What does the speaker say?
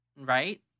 right